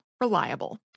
reliable